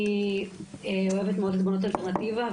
יש פה הזדמנות גדולה חוץ מאשר לעצור את ההפיכה,